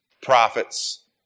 prophets